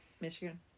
Michigan